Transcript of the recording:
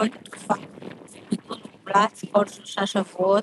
את התרופה במינון מומלץ כל שלושה שבועות.